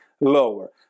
lower